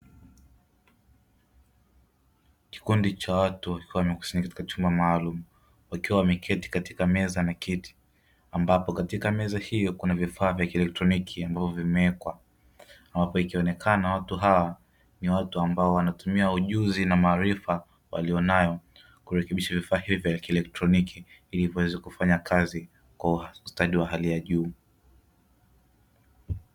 Kikundi cha watu wakiwa wamekusanyika katika chumba maalumu, wakiwa wameketi katika meza na kiti; ambapo katika meza hiyo kuna vifaa vya kielektroniki ambavyo vimewekwa, ambapo ikionekana watu hawa ni watu ambao wanatumia ujuzi na maarifa waliyonayo, kurekebisha vifaa hivyo vya kielektroniki ili viweze kufanya kazi kwa ustadi wa hali ya juu.